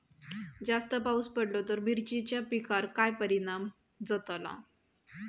जास्त पाऊस पडलो तर मिरचीच्या पिकार काय परणाम जतालो?